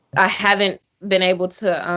i haven't been able to